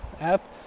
app